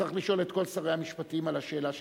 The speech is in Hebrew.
צריך לשאול את כל שרי המשפטים את השאלה שנשאלת.